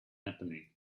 happening